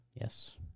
Yes